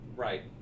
Right